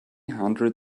hundred